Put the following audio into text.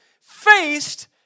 faced